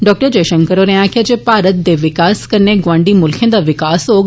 डॉ जयशंकर होरें आक्खेआ जे भारत दे विकास कन्नै गौआंडी मुल्खें दा विकास होग